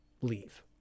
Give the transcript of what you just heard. leave